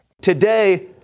Today